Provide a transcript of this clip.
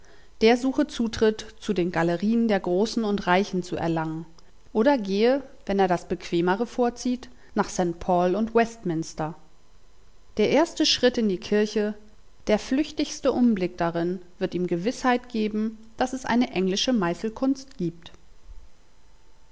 der suche zutritt zu den galerien der großen und reichen zu erlangen oder gehe wenn er das bequemere vorzieht nach st paul und westminster der erste schritt in die kirche der flüchtigste umblick darin wird ihm gewißheit geben daß es eine englische meißelkunst gibt